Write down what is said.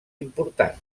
important